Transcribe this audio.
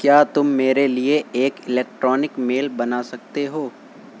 کیا تم میرے لیے ایک الیکٹرانک میل بنا سکتے ہو